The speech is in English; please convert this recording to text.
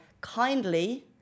kindly